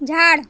झाड